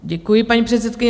Děkuji, paní předsedkyně.